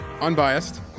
Unbiased